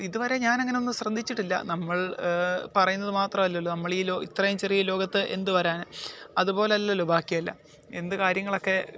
ഇതുവരെ ഞാൻ അങ്ങനെയൊന്ന് ശ്രദ്ധിച്ചിട്ടില്ല നമ്മൾ പറയുന്നത് മാത്രല്ലല്ലോ നമ്മൾ ഈ ഇത്രയും ചെറിയ ലോകത്ത് എന്തുവരാൻ അതുപോലെ അല്ലല്ലോ ബാക്കിയെല്ലാം എന്തു കാര്യങ്ങളക്കെ